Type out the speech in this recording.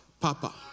Papa